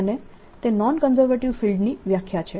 અને તે non conservative ફિલ્ડની વ્યાખ્યા છે